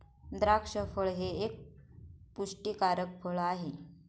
द्राक्ष फळ हे एक पुष्टीकारक फळ आहे